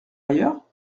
ailleurs